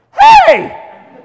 hey